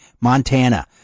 Montana